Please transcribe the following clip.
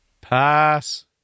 Pass